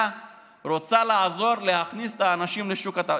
רוצה לעזור להכניס את האנשים לשוק התעסוקה.